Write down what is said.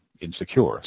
insecure